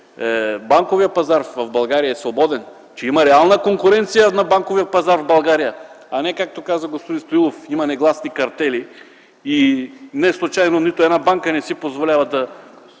банковият пазар в България е свободен, че има реална конкуренция на банковия пазар в България, а не както каза господин Стоилов, че има негласни картели. Неслучайно нито една банка не си позволява,